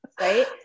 right